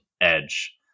edge